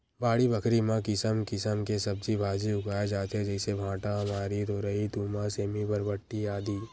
बाड़ी बखरी म किसम किसम के सब्जी भांजी उगाय जाथे जइसे भांटा, अमारी, तोरई, तुमा, सेमी, बरबट्टी, आदि